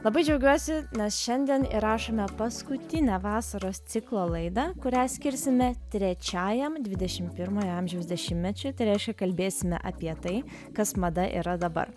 labai džiaugiuosi nes šiandien įrašome paskutinę vasaros ciklo laidą kurią skirsime trečiajam dvidešim pirmojo amžiaus dešimtmečiui tai reiškia kalbėsime apie tai kas mada yra dabar